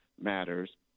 matters